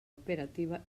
operativa